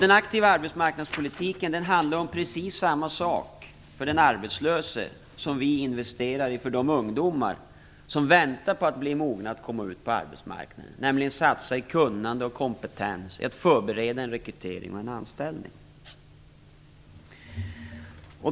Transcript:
Den aktiva arbetsmarknadspolitiken handlar om precis samma sak för den arbetslöse som för de ungdomar som väntar på att bli mogna för att komma ut på arbetsmarknaden, nämligen satsningar i kunnande och kompetens för att förbereda en rekrytering och en anställning.